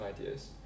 ideas